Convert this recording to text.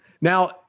Now